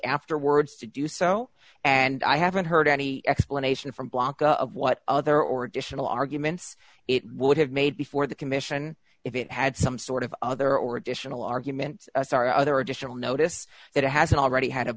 afterwards to do so and i haven't heard any explanation from block of what other or additional arguments it would have made before the commission if it had some sort of other or additional argument sorry other additional notice that it has already had a